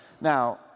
now